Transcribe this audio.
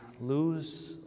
lose